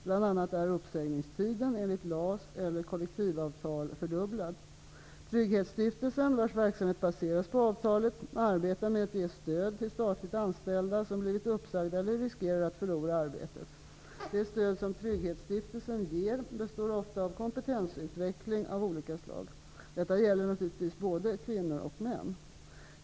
Bl.a. är uppsägningstiden enligt Trygghetsstiftelsen, vars verksamhet baseras på avtalet, arbetar med att ge stöd till statligt anställda som blivit uppsagda eller riskerar att förlora arbetet. Målet är att dessa personer så snart som möjligt skall få nya arbeten. Det stöd som Trygghetsstiftelsen ger består ofta av kompetensutveckling av olika slag. Detta gäller naturligtvis för både kvinnor och män.